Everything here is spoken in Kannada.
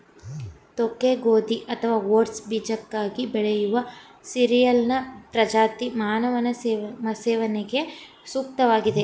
ತೋಕೆ ಗೋಧಿ ಅಥವಾ ಓಟ್ಸ್ ಬೀಜಕ್ಕಾಗಿ ಬೆಳೆಯುವ ಸೀರಿಯಲ್ನ ಪ್ರಜಾತಿ ಮಾನವನ ಸೇವನೆಗೆ ಸೂಕ್ತವಾಗಿದೆ